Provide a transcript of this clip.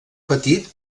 petit